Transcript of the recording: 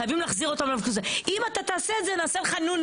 חייבים להחזיר אותם לקופסה: אם אתה תעשה את זה נעשה לך נו,